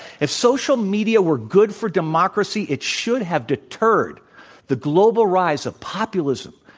if social media were good for democracy it should have deterred the global rise of populism,